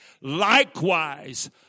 likewise